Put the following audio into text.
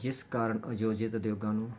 ਜਿਸ ਕਾਰਨ ਆਯੋਜਿਤ ਉਦਯੋਗਾਂ ਨੂੰ